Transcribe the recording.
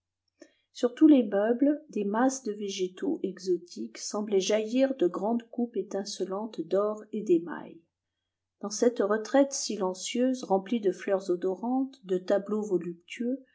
sur tous les meubles des masses de végétaux exotiques semblaient jaillir de grandes coupes étincelantes d'or et d'émail dans cette retraite silencieuse remplie de fleurs odorantes de tableaux voluptueux